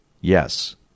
Yes